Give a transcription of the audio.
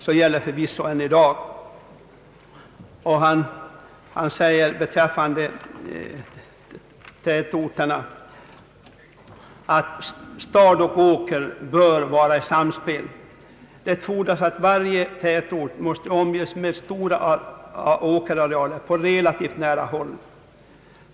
Så gäller förvisso i dag också.» Beträffande tätorterna framhåller professor Troedsson att stad och åker bör vara i samspel. Han fortsätter: »Detta fordrar att varje tätort måste omges med stora åkerarealer på relativt nära håll.